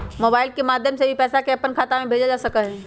mobile के माध्यम से भी पैसा के अपन खाता में भेजल जा सका हई